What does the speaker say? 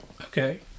Okay